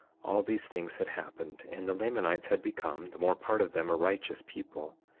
all these things had happened and the lamanites had become, the more part of them, a righteous people,